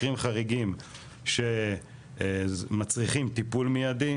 מקרים חריגים שמצריכים טיפול מיידי,